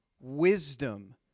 wisdom